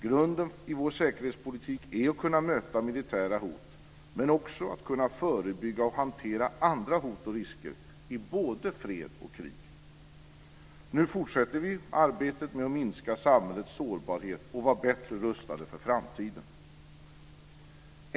Grunden i vår säkerhetspolitik är att kunna möta militära hot, men också att kunna förebygga och hantera andra hot och risker i både fred och krig. Nu fortsätter vi arbetet med att minska samhällets sårbarhet och att vara bättre rustade för framtiden.